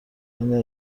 یعنی